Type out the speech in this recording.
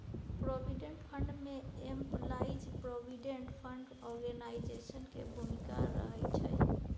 provident fund में employees provident fund organisation के भूमिका रहइ छइ